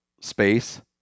space